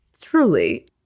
Truly